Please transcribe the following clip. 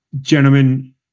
gentlemen